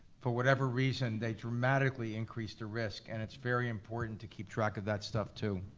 for whatever reason, they dramatically increase the risk and it's very important to keep track of that stuff, too.